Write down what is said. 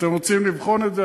אתם רוצים לבחון את זה?